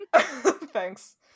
Thanks